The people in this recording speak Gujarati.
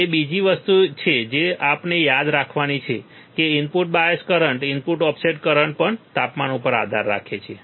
તે બીજી વસ્તુ છે જે આપણે યાદ રાખવાની છે કે input bias current input offset current પણ તાપમાન ઉપર આધાર રાખે છે